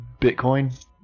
Bitcoin